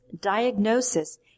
diagnosis